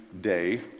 day